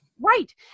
Right